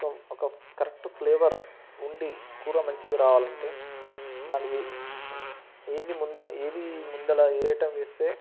ఒక ఒక correct flavour ఉండి కూర మంచిగా రావాలంటే దానికి ఏది ముంద ఏది ముందర ఏ ఐటమ్ వేస్తే